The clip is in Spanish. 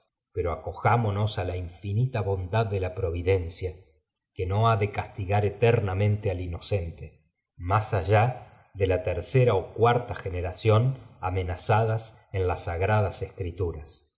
pero aoojámonos la infinita bondad de la providencia que no ha de castigar eternamente al inocente más allá de la tercera ó cuarta genearción amenazadas en las sagradas escrituras